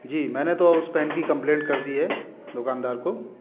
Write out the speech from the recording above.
जी मैंने तो उस पेन की कॉम्प्लैन कर दी है दुकानदार को